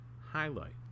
highlight